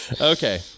Okay